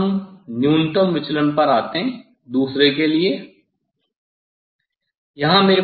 फिर हम न्यूनतम विचलन पर आते हैं दूसरे के लिए